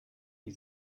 wie